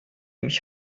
mich